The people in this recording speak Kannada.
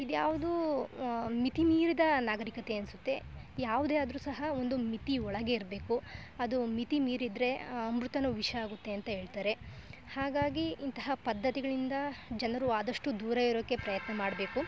ಇದ್ಯಾವುದೂ ಮಿತಿಮೀರಿದ ನಾಗರಿಕತೆ ಅನಿಸುತ್ತೆ ಯಾವುದೇ ಆದರೂ ಸಹ ಒಂದು ಮಿತಿ ಒಳಗೆ ಇರಬೇಕು ಅದು ಮಿತಿ ಮೀರಿದರೆ ಅಮೃತನು ವಿಷ ಆಗುತ್ತೆ ಅಂತ ಹೇಳ್ತಾರೆ ಹಾಗಾಗಿ ಇಂತಹ ಪದ್ಧತಿಗಳಿಂದ ಜನರು ಆದಷ್ಟು ದೂರ ಇರೋಕ್ಕೆ ಪ್ರಯತ್ನ ಮಾಡಬೇಕು